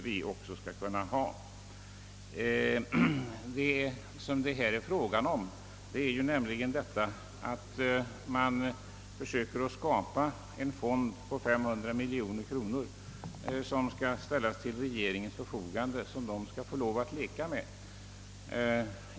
Vad det här är fråga om är att man försöker skapa en fond på 500 miljoner kronor som skall ställas till regeringens förfogande, som regeringen skall få lov att leka med.